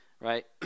right